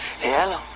Hello